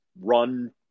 run